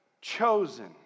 chosen